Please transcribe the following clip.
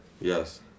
Yes